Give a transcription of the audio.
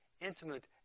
intimate